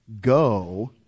go